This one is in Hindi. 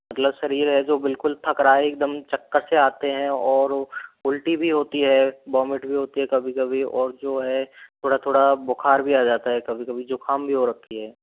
मतलब शरीर है जो बिल्कुल थक रहा है एक दम चक्कर से आते हैं और उल्टी भी होती है वोमिट भी होती है कभी कभी और जो है थोड़ा थोड़ा बुखार भी आ जाता है कभी कभी जुखाम भी हो रखी है